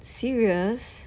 serious